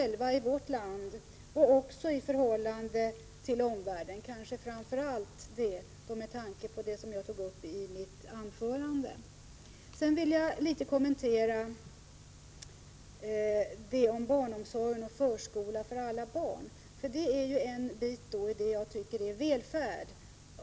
Med tanke på det som jag tog upp i mitt anförande vill jag kanske framför allt se frågan i det senare perspektivet. Sedan vill jag göra en kommentar beträffande barnomsorg och förskola för alla barn. Det är en del av vad jag tycker är välfärd.